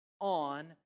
on